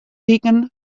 wiken